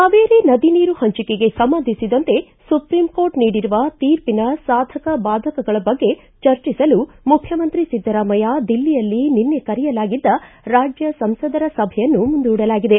ಕಾವೇರಿ ನದಿ ನೀರು ಹಂಚಿಕೆಗೆ ಸಂಬಂಧಿಸಿದಂತೆ ಸುಪ್ರೀಂಕೋರ್ಟ್ ನೀಡಿರುವ ತೀರ್ಪಿನ ಸಾಧಕ ಬಾಧಕಗಳ ಬಗ್ಗೆ ಚರ್ಚೆ ನಡೆಸಲು ಮುಖ್ಚಮಂತ್ರಿ ಸಿದ್ದರಾಮಯ್ಯ ದಿಲ್ಲಿಯಲ್ಲಿ ನಿನ್ನೆ ಕರೆಯಲಾಗಿದ್ದ ರಾಜ್ಯ ಸಂಸದರ ಸಭೆಯನ್ನು ಮುಂದೂಡಲಾಗಿದೆ